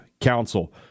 Council